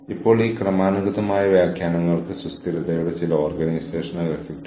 അതുകൊണ്ട് സിനിമാ മേഖലയിൽ നിന്ന് ആരെങ്കിലും കേൾക്കുന്നുണ്ടെങ്കിൽ ദയവായി എന്നെ ബന്ധപ്പെടുക